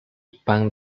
pan